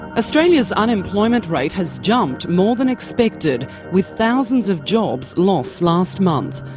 australia's unemployment rate has jumped more than expected, with thousands of jobs lost last month.